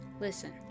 Listen